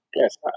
Yes